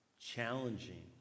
challenging